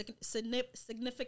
significant